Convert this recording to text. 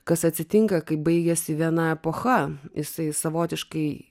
kas atsitinka kai baigiasi viena epocha jisai savotiškai